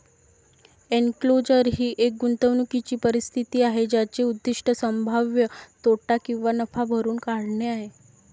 enclosure ही एक गुंतवणूकीची परिस्थिती आहे ज्याचे उद्दीष्ट संभाव्य तोटा किंवा नफा भरून काढणे आहे